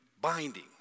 binding